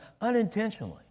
unintentionally